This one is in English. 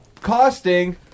costing